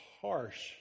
harsh